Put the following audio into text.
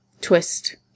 twist